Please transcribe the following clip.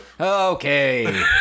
Okay